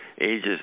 ages